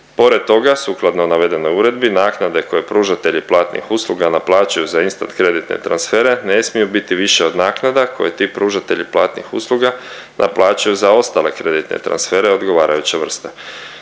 Pored toga sukladno navedenoj uredbi, naknade koji pružatelji platnih usluga naplaćuju za instant kreditne transfere, ne smiju biti više od naknada koje ti pružatelji platnih usluga naplaćuju za ostale kreditne transfere odgovarajuće vrste.